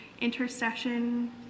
intercession